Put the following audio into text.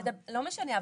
לא משנה,